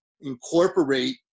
incorporate